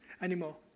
anymore